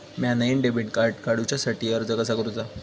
म्या नईन debit card काडुच्या साठी अर्ज कसा करूचा?